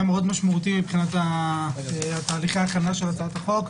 מאוד משמעותי מבחינת תהליכי ההכנה של הצעת החוק,